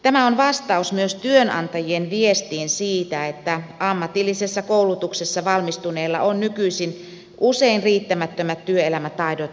tämä on vastaus myös työnantajien viestiin siitä että ammatillisessa koulutuksessa valmistuneilla on nykyisin usein riittämättömät työelämätaidot ja työelämävalmiudet